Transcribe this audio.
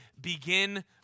begin